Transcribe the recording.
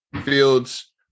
fields